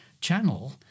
channel